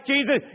Jesus